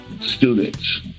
students